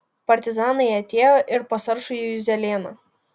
partizanai atėjo ir pas aršųjį juzelėną